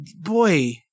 boy